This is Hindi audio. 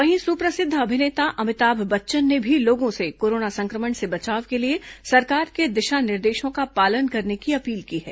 वहीं सुप्रसिद्ध अभिनेता अमिताभ बच्चन ने भी लोगों से कोरोना संक्रमण से बचाव के लिए सरकार के दिशा निर्देशों का पालन करने की अपील की है